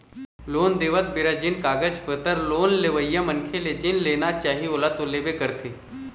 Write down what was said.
loan देवत बेरा जेन कागज पतर लोन लेवइया मनखे ले जेन लेना चाही ओला तो लेबे करथे